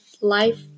life